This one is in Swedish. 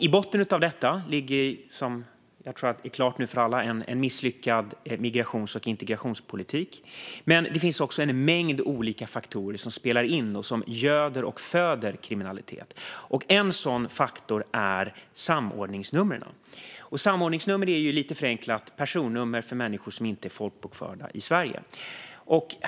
I botten av detta ligger - detta tror jag står klart för alla - en misslyckad migrations och integrationspolitik, men det finns också en mängd olika faktorer som spelar in och som göder och föder kriminalitet. En sådan faktor är samordningsnumren. Samordningsnummer är, lite förenklat, personnummer för människor som inte är folkbokförda i Sverige.